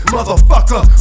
Motherfucker